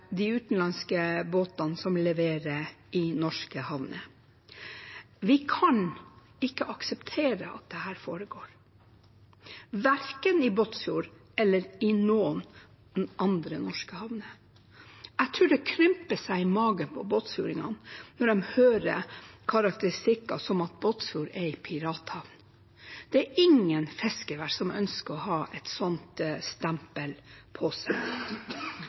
de utenlandske båtene som leverer i norske havner. Vi kan ikke akseptere at dette foregår, verken i Båtsfjord eller i noen andre norske havner. Jeg tror det krymper seg i magen på båtsfjordingene når de hører karakteristikker som at Båtsfjord er en pirathavn. Det er ingen fiskevær som ønsker å ha et sånt stempel på seg.